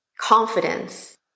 confidence